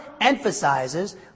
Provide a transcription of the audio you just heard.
emphasizes